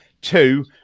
two